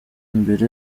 imbere